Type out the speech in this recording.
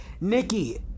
Nikki